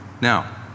Now